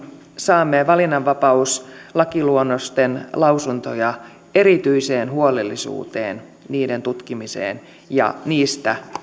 saamme valinnanvapauslakiluonnosten lausuntoja erityiseen huolellisuuteen niiden tutkimisessa ja niistä